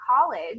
college